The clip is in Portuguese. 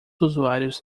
usuários